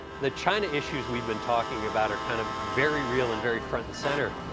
the china issues we have been talking about are kind of very real and very front and center,